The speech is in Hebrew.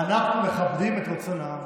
אנחנו מכבדים את רצון העם,